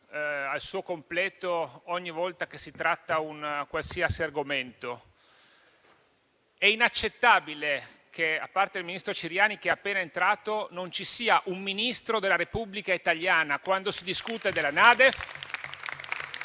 al completo ogni volta che si tratta un qualsiasi argomento. È, però, inaccettabile che, a parte il ministro Ciriani, che è appena entrato in Aula, non ci sia un solo Ministro della Repubblica italiana quando si discute della NADEF